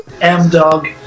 M-Dog